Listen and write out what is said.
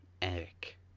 Eric